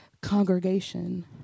congregation